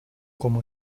como